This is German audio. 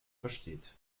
versteht